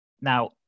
Now